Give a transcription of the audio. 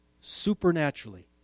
supernaturally